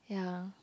yeah